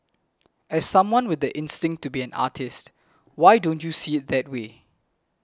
as someone with the instinct to be an artist why don't you see it that way